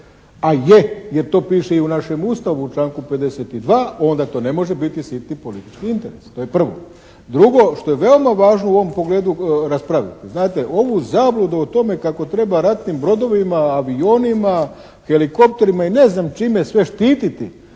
a je jer to piše u našem Ustavu u članku 52. onda to ne može biti sitni politički interes. To je prvo. Drugo što je veoma važno u ovom pogledu raspraviti, znate ovu zabludu o tome kako treba ratnim brodovima, avionima, helikopterima i ne znam čime sve štititi